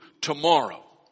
tomorrow